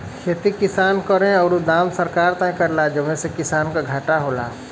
खेती किसान करेन औरु दाम सरकार तय करेला जौने से किसान के घाटा होला